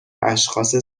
اشخاص